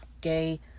Gay